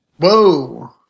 Whoa